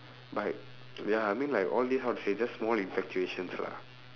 but ya I mean like all this how to say just small infatuations lah